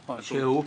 שהוא?